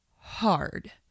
hard